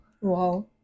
Wow